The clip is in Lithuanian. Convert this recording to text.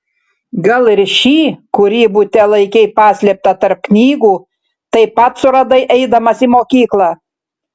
gal ir šį kurį bute laikei paslėptą tarp knygų taip pat suradai eidamas į mokyklą